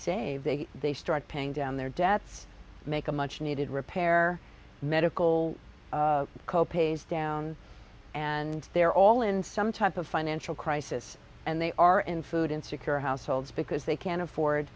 say they they start paying down their debts make a much needed repair medical co pays down and they're all in some type of financial crisis and they are in food insecure households because they can't afford